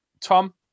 Tom